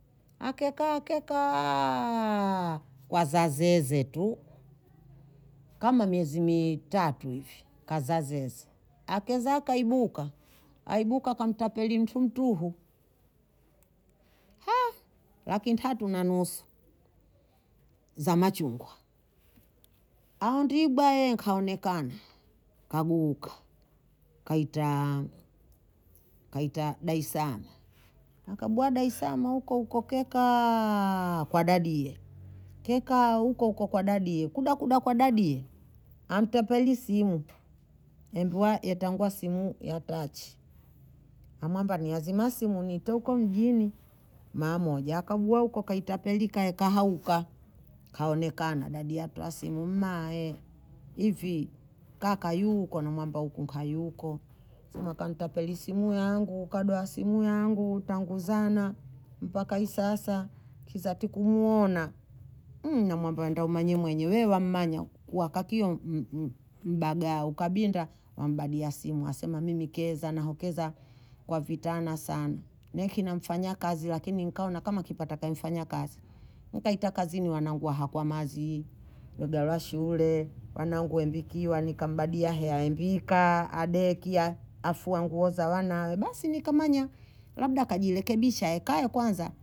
Akekaa kekaaaa waza zeze tu, kama miezi miii tatu hivi kaza zeze, akeza kaibuka, aibuka kamtapeli mtu mtuhu, laki ntatu na nusu za machungwa aondibwa nkaonekana, kaguuka, kaitaaa kaita daesaama. akabuha daesaama huko huko kekaaaa kwa dadiye, kekaa huko huko kwa dadiye, kudakuda kwa dadiye amtapeli simu, embwa yetangwa simu ya tachi, amwamba niazima simu niite huko mjini maya moja, akagua huko kaitapeli kaeka hauka kaonekana, dadiye atwoa simu mma hivi kaka yu huko, namwamba huku nkayuko, sema kantapeli simu yangu, kadoha simu yangu tangu zana mpaka hii sasa kisa tikumwona, namwamba enda ummanye wenye, we wammanya kuwa kakio m- mbagaa, ukabinda nambadia simu asema mimi keza nahokeza kwa vitana sana, ne nkina mfanyakazi lakini nkaona ka kimpata kae mfanya kazi, nkaita kazini wanangu hakwamazi, legwala shule, wanangu hembikiwa, nikambadia heya hembika, adeki, afua nguo za wanae basi nkamamnya labda kajirekebisha hekaya kwanza